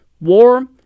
war